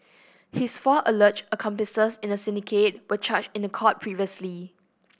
his four alleged accomplices in the syndicate were charged in court previously